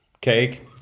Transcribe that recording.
Cake